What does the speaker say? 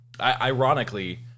ironically